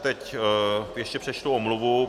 Teď ještě přečtu omluvu.